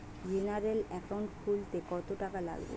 General account খুলতে কত টাকা লাগবে?